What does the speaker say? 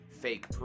fake